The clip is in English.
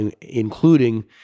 including